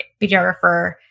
videographer